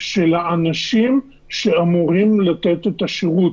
של האנשים שאמורים לתת את השירות,